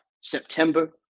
September